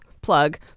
plug